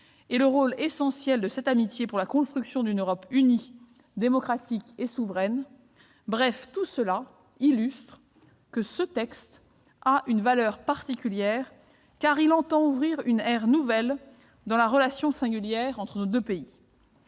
et du rôle essentiel de cette amitié pour la construction d'une Europe unie, démocratique et souveraine. Ce texte a une valeur particulière en ce qu'il entend ouvrir une ère nouvelle dans la relation singulière entre nos deux pays.